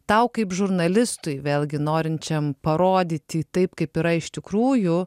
tau kaip žurnalistui vėlgi norinčiam parodyti taip kaip yra iš tikrųjų